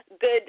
good